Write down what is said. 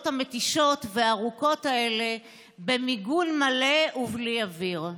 המתישות והארוכות האלה במיגון מלא ובלי אוויר.